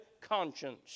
conscience